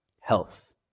health